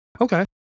Okay